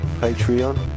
Patreon